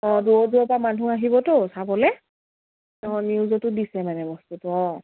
অঁ দূৰ দূৰৰ পৰা মানুহ আহিবতো চাবলে নিউজতো দিছে মানে বস্তুটো অঁ